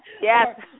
Yes